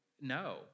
No